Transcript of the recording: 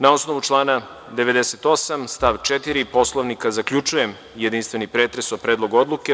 Na osnovu člana 98. stav 4. Poslovnika zaključujem jedinstveni pretres o Predlogu odluke.